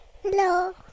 Hello